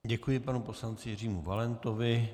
Děkuji panu poslanci Jiřímu Valentovi.